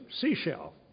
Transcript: seashell